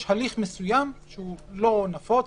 יש הליך מסוים שהוא לא נפוץ,